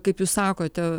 kaip jūs sakote